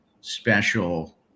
special